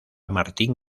martín